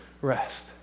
rest